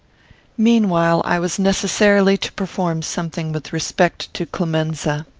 meanwhile, i was necessarily to perform something with respect to clemenza.